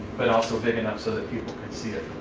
but also big enough so that people can see it